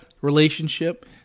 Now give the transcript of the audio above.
relationship